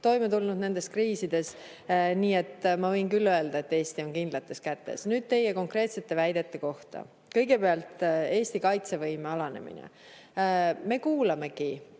toime tulnud nendes kriisides. Nii et ma võin küll öelda, et Eesti on kindlates kätes. Nüüd teie konkreetsete väidete kohta. Kõigepealt, Eesti kaitsevõime alanemine. Me kuulamegi